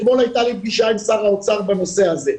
אתמול הייתה לי פגישה עם שר האוצר בנושא הזה.